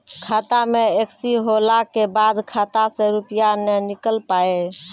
खाता मे एकशी होला के बाद खाता से रुपिया ने निकल पाए?